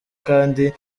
kandi